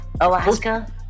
Alaska